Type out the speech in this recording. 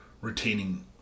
retaining